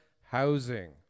housing